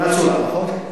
מהאצולה, נכון,